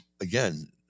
again